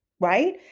right